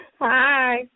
Hi